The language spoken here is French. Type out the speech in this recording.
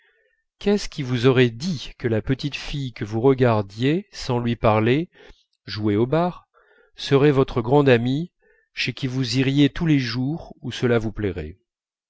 qu'est-ce qui vous aurait dit que la petite fille que vous regardiez sans lui parler jouer aux barres serait votre grande amie chez qui vous iriez tous les jours où cela vous plairait